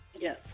Yes